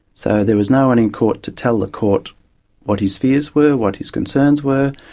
so there was no one in court to tell the court what his fears were, what his concerns were.